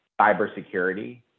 cybersecurity